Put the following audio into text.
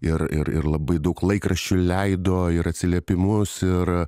ir ir ir labai daug laikraščių leido ir atsiliepimus ir